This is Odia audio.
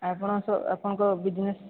ଆପଣଙ୍କ ଆପଣଙ୍କ ବିଜନେସ୍